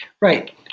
Right